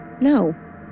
No